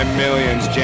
millions